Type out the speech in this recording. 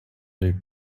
lead